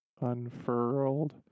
unfurled